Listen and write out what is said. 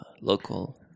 local